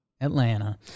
Atlanta